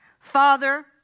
Father